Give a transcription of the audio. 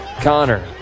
Connor